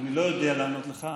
אני לא יודע לענות לך,